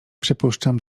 przypuszczam